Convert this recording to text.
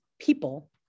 people